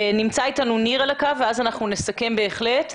נמצא אתנו ניר ולאחר דבריו אנחנו נסכם את הדיון.